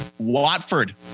Watford